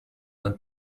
and